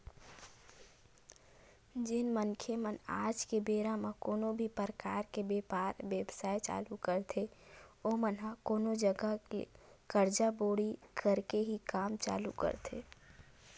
जेन मनखे मन आज के बेरा म कोनो भी परकार के बेपार बेवसाय चालू करथे ओमन ह कोनो जघा ले करजा बोड़ी करके ही काम चालू करथे